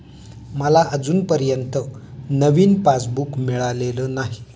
मला अजूनपर्यंत नवीन पासबुक मिळालेलं नाही